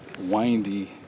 windy